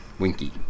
Winky